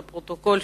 לפרוטוקול.